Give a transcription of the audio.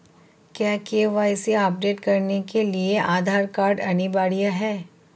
क्या KYC update करने के लिए आधार कार्ड अनिवार्य है?